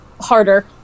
harder